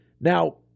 Now